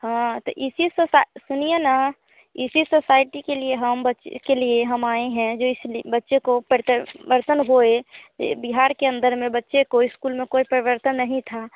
हाँ तो इसी सोसा सुनिए ना इसी सोसाइटी के लिए हम बच्चे के लिए हम आएँ हैं जो इसलिए बच्चे को परतर बर्तन हुए जो बिहार के अन्दर में बच्चे को इस्कूल में कोई परवर्तन नहीं था